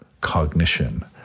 cognition